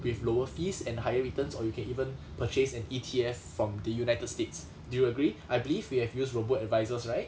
with lower fees and higher returns or you can even purchase an E_T_F from the united states do you agree I believe you have used robo-advisors right